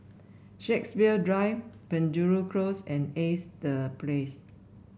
Shepherds Drive Penjuru Close and Ace The Place